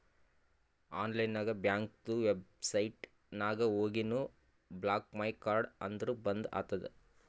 online ನಾಗ್ ಬ್ಯಾಂಕ್ದು website ನಾಗ್ ಹೋಗಿನು ಬ್ಲಾಕ್ ಮೈ ಕಾರ್ಡ್ ಅಂದುರ್ ಬಂದ್ ಆತುದ